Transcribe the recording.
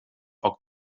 poc